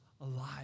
alive